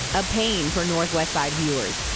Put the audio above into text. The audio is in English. a pain for northwest side viewers.